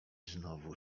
znowu